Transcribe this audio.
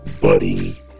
buddy